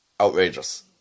outrageous